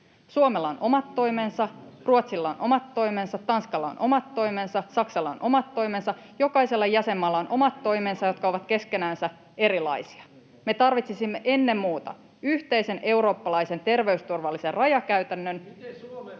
Suomella on omat toimensa, Ruotsilla on omat toimensa, Tanskalla on omat toimensa, ja Saksalla on omat toimensa. Jokaisella jäsenmaalla on omat toimensa, jotka ovat keskenänsä erilaisia. Me tarvitsisimme ennen muuta yhteisen eurooppalaisen terveysturvallisen rajakäytännön